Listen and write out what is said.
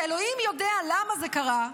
ואלוהים יודע למה זה קרה,